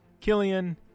Killian